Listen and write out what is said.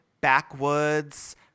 backwoods